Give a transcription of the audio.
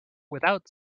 without